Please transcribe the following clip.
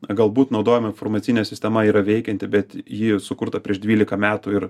galbūt naudojama informacinė sistema yra veikianti bet ji sukurta prieš dvylika metų ir